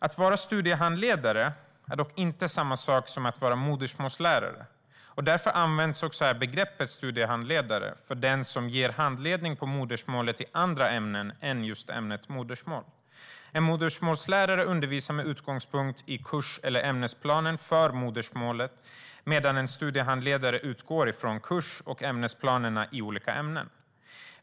Att vara studiehandledare är dock inte samma sak som att vara modersmålslärare. Därför används här begreppet studiehandledare för den som ger handledning på modersmålet i andra ämnen än ämnet modersmål. En modersmålslärare undervisar med utgångspunkt i kurs eller ämnesplanen för modersmål, medan en studiehandledare utgår ifrån kurs och ämnesplanerna i olika ämnen.